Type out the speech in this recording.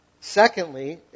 Secondly